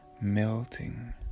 melting